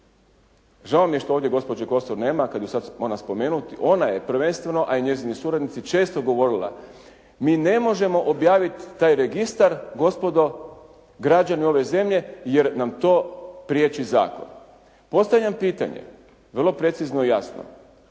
Žao mi je što ovdje gospođe Kosor nema, kad ju sad moram spomenuti, ona je prvenstveno, a i njezini suradnici, često govorila mi ne možemo objaviti taj registar gospodo, građani ove zemlje jer nam to priječi zakon. Postavljam pitanje, vrlo precizno i jasno,